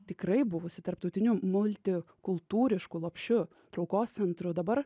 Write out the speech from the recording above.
tikrai buvusi tarptautiniu multikultūrišku lopšiu traukos centru dabar